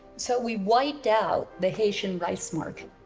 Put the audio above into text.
so we wiped out the haitian rice market.